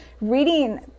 reading